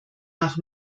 nach